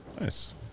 Nice